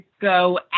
go